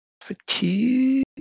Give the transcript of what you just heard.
Fatigue